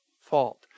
fault